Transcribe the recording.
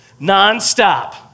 nonstop